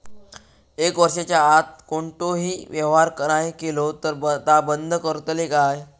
एक वर्षाच्या आत कोणतोही व्यवहार नाय केलो तर ता बंद करतले काय?